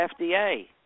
FDA